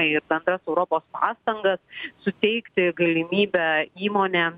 ir bendras europos pastangas suteikti galimybę įmonėm